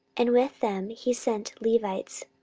and with them he sent levites,